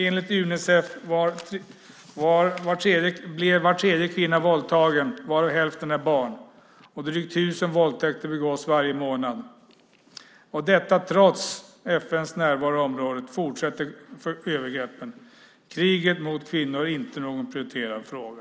Enligt Unicef blev var tredje kvinna i Kongo våldtagen, varav hälften är barn, och drygt 1 000 våldtäkter begås varje månad. Trots FN:s närvaro i området fortsätter övergreppen. Kriget mot kvinnor är inte någon prioriterad fråga.